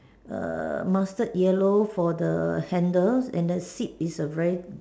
err mustard yellow for the handles and the seat is a very